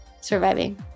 surviving